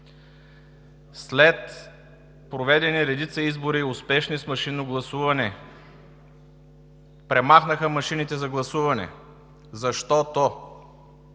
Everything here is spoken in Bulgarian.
след проведени редица избори – успешни, с машинно гласуване, премахнаха машините за гласуване, за-що-то